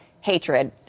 hatred